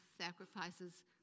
sacrifices